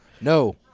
No